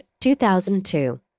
2002